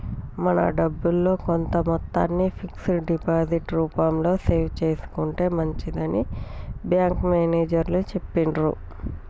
మన డబ్బుల్లో కొంత మొత్తాన్ని ఫిక్స్డ్ డిపాజిట్ రూపంలో సేవ్ చేసుకుంటే మంచిదని బ్యాంకు మేనేజరు చెప్పిర్రు